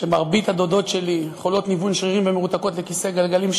שמרבית הדודות שלי חולות ניוון שרירים ומרותקות לכיסא גלגלים,